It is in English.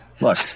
Look